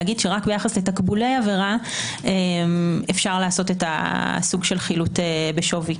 להגיד שרק ביחס לתקבולי עבירה אפרש לעשות סוג של חילוט בשווי,